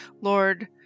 Lord